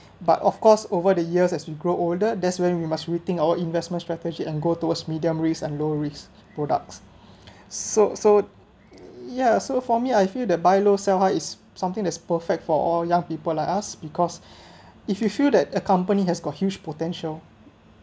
but of course over the years as we grow older that’s when we must rethink our investment strategy and go towards medium risk and low risk products so so ya so for me I feel that buy low sell high is something that is perfect for all young people like us because if you feel that a company has got huge potential